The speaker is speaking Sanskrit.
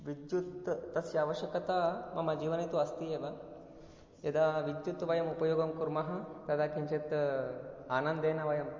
विद्युत् तस्याः अवश्यकता मम जीवने तु अस्ति एव यदा विद्युत् वयम् उपयोगं कुर्मः तदा किञ्चित् आनन्देन वयं